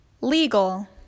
legal